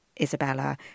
Isabella